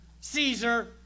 Caesar